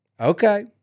Okay